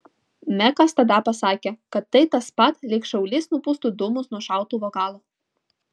mekas tada pasakė kad tai tas pat lyg šaulys nupūstų dūmus nuo šautuvo galo